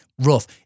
rough